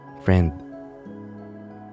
Friend